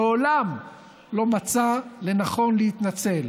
מעולם לא מצא לנכון להתנצל